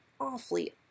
awfully